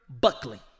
Buckley